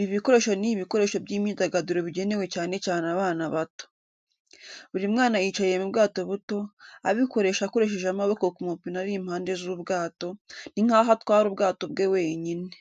Ibi bikoresho ni ibikoresho by’imyidagaduro bigenewe cyane cyane abana bato. Buri mwana yicaye mu bwato buto, abukoresha akoresheje amaboko ku mapine ari impande z’ubwato, ni nkaho atwara ubwato bwe wenyine.